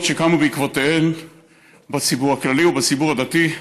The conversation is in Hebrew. שקמו בעקבותיהן בציבור הכללי ובציבור הדתי,